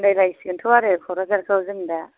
आनदाय लायसिगोनथ' आरो क'कराझारखौ जों दा